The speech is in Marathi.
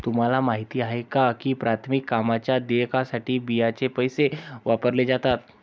तुम्हाला माहिती आहे का की प्राथमिक कामांच्या देयकासाठी बियांचे पैसे वापरले जातात?